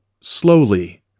slowly